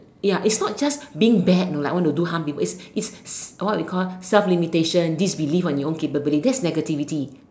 ya is not just being bad you know like want to do harm to people is is what you call it self limitation disbelief in you own capabilities that's negativity